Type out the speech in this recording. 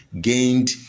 gained